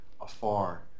afar